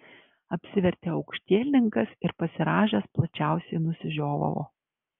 apsivertė aukštielninkas ir pasirąžęs plačiausiai nusižiovavo